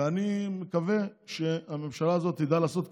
אני מקווה שהממשלה הזו תדע לעשות,